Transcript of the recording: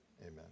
Amen